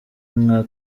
nka